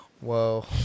whoa